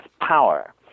power